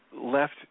left